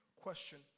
question